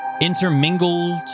intermingled